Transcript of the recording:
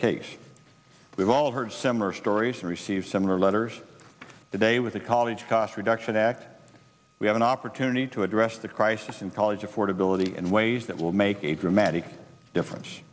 case we've all heard similar stories and received similar letters today with the college cost reduction act we have an opportunity to address the crisis in college affordability and ways that will make a dramatic difference